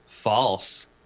False